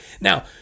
Now